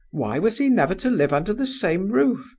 why was he never to live under the same roof,